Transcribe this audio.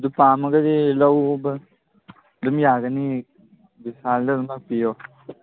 ꯑꯗꯨ ꯄꯥꯝꯃꯒꯗꯤ ꯂꯧꯕ ꯑꯗꯨꯝ ꯌꯥꯒꯅꯤ ꯕꯤꯁꯥꯜꯗ ꯑꯗꯨꯝ ꯂꯥꯛꯄꯤꯌꯣ